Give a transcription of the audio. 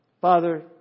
Father